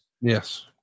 Yes